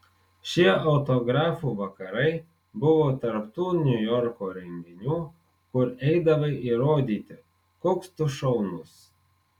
šie autografų vakarai buvo tarp tų niujorko renginių kur eidavai įrodyti koks tu šaunus